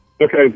Okay